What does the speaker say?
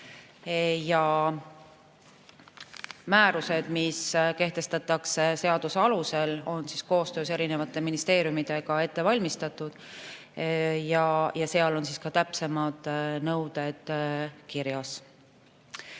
Määrused, mis kehtestatakse seaduse alusel, on koostöös erinevate ministeeriumidega ette valmistatud ja seal on ka täpsemad nõuded kirjas.